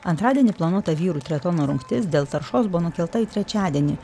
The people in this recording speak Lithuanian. antradienį planuota vyrų triatlono rungtis dėl taršos buvo nukelta į trečiadienį